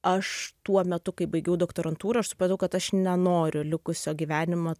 aš tuo metu kai baigiau doktorantūrą aš supratau kad aš nenoriu likusio gyvenimo